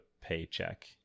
paycheck